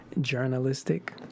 journalistic